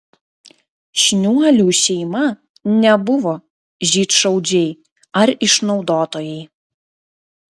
šniuolių šeima nebuvo žydšaudžiai ar išnaudotojai